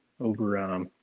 over